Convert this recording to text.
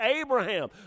Abraham